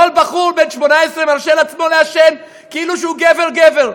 כל בחור בן 18 מרשה לעצמו לעשן כאילו שהוא גבר-גבר.